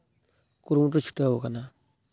ᱠᱩᱨᱩᱢᱩᱴᱩᱭ ᱪᱷᱩᱴᱟᱹᱣ ᱟᱠᱟᱱᱟ